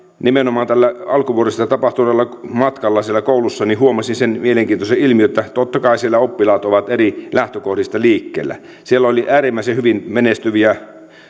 nimenomaan tällä alkuvuodesta tapahtuneella matkalla siellä koulussa huomasin sen mielenkiintoisen ilmiön että totta kai siellä oppilaat ovat eri lähtökohdista liikkeellä siellä oli äärimmäisen hyvin menestyviä